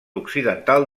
occidental